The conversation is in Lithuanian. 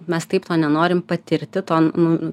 mes taip to nenorim patirti to nu